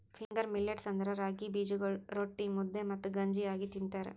finger millets ಅಂದುರ್ ರಾಗಿ ಬೀಜಗೊಳ್ ರೊಟ್ಟಿ, ಮುದ್ದೆ ಮತ್ತ ಗಂಜಿ ಆಗಿ ತಿಂತಾರ